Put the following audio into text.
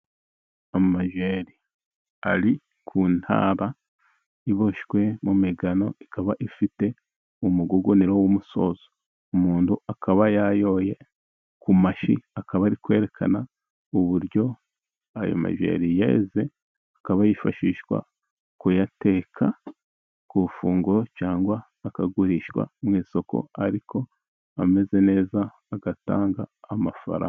Amajeri ari ku ntara iboshywe mu migano, ikaba ifite umuguguniro w'umusozo umuntu akaba yayoye ku mashyi, akaba ari kwerekana uburyo ayo majeri yeze, akaba yifashishwa kuyateka ku ifunguro cyangwa akagurishwa mu isoko, ariko ameze neza agatanga amafaranga.